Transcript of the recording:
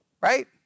right